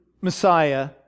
Messiah